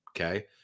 Okay